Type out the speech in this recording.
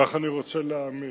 כך אני רוצה להאמין,